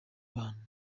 bantu